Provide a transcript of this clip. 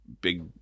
big –